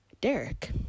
derek